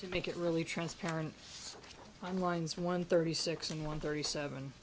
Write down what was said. to make it really transparent i'm lines one thirty six and one thirty seven